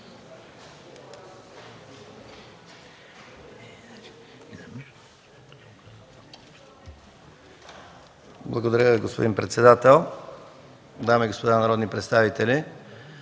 Благодаря Ви, господин председател. Дами и господа народни представители!